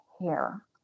hair